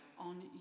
on